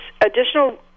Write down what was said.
additional